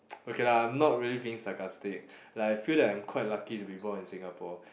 okay lah I'm not really being sarcastic like I feel like that I'm quite lucky to be born in Singapore